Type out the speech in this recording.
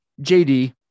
JD